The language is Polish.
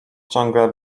ciągle